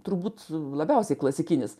turbūt labiausiai klasikinis